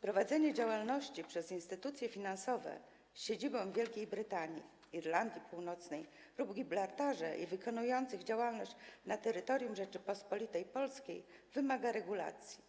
prowadzenie działalności przez instytucje finansowe z siedzibą w Wielkiej Brytanii i Irlandii Północnej lub na Gibraltarze wykonujące działalność na terytorium Rzeczypospolitej Polskiej wymaga regulacji.